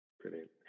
Brilliant